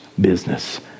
business